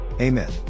Amen